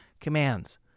commands